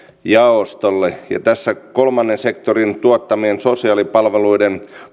jaostolle ja kolmannen sektorin tuottamien sosiaalipalveluiden